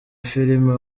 filime